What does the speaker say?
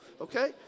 Okay